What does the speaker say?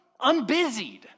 unbusied